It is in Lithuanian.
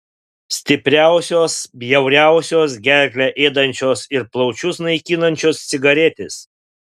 stipriausios bjauriausios gerklę ėdančios ir plaučius naikinančios cigaretės